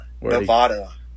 Nevada